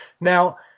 now